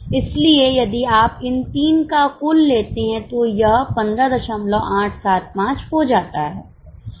इसलिए यदि आप इन 3 का कुल लेते हैं तो यह 15875 हो जाता है और फिर सब कुछ मैच हो रहा है